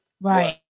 Right